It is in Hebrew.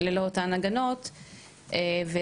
ללא אותן הגנות ועזרה,